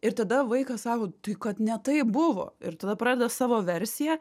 ir tada vaikas sako tai kad ne taip buvo ir tada pradeda savo versiją